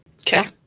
Okay